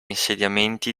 insediamenti